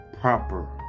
proper